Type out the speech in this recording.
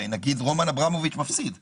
נגיד רומן אברמוביץ' מפסיד מיליארדים.